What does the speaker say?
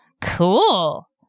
Cool